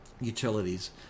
utilities